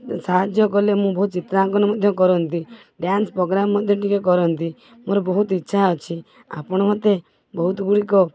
ସାହାଯ୍ୟ କଲେ ମୁଁ ବହୁତ ଚିତ୍ରାଙ୍କନ ମଧ୍ୟ କରନ୍ତି ଡ୍ୟାନ୍ସ ପ୍ରୋଗ୍ରାମ ମଧ୍ୟ ଟିକେ କରନ୍ତି ମୋର ବହୁତ ଇଛା ଅଛି ଆପଣ ମୋତେ ବହୁତ ଗୁଡ଼ିକ